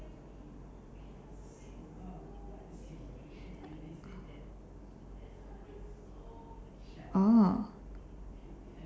orh